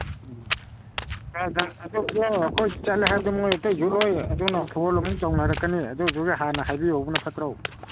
ꯎꯝ ꯑꯩꯈꯣꯏ ꯆꯠꯂꯦ ꯍꯥꯏꯕꯗ ꯃꯣꯏ ꯑꯇꯩꯁꯨ ꯂꯣꯏ ꯑꯗꯨꯅ ꯐꯣꯟ ꯑꯃꯨꯛ ꯇꯧꯅꯔꯛꯀꯅꯤ ꯑꯗꯨꯗꯨꯒꯤ ꯍꯥꯟꯅ ꯍꯥꯏꯕꯤꯍꯧꯕꯅ ꯐꯠꯇ꯭ꯔꯣ